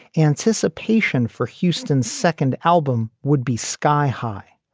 anticipation for houston's second album would be sky high.